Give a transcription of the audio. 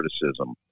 criticism